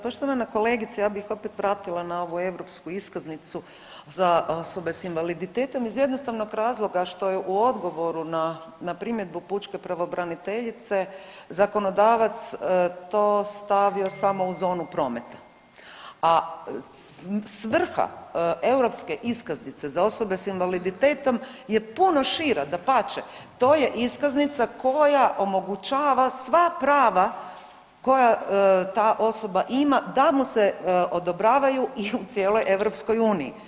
Poštovana kolegice, ja bih se opet vratila na ovu europsku iskaznicu za osobe s invaliditetom iz jednostavnog razloga što je u odgovoru na, na primjedbu pučke pravobraniteljice zakonodavac to stavio samo u zonu prometa, a svrha europske iskaznice za osobe s invaliditetom je puno šira, dapače to je iskaznica koja omogućava sva prava koja ta osoba ima da mu se odobravaju i u cijeloj EU.